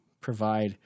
provide